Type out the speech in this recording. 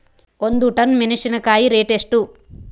ಒಂದು ಟನ್ ಮೆನೆಸಿನಕಾಯಿ ರೇಟ್ ಎಷ್ಟು?